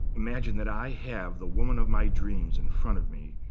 imagine that i have the woman of my dreams in front of me,